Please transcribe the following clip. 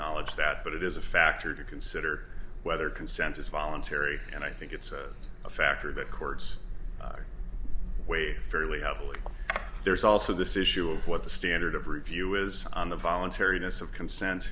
knowledge that but it is a factor to consider whether consent is voluntary and i think it's a factor that chords waived fairly heavily there's also this issue of what the standard of review is on the voluntariness of consent